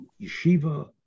yeshiva